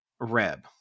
Reb